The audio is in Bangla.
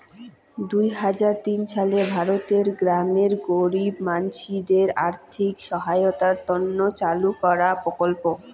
দুই হাজার তিন সালে ভারতের গ্রামের গরীব মানসিদের আর্থিক সহায়তার তন্ন চালু করাঙ প্রকল্প